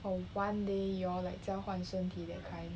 for one day you all like 交换身体 that kind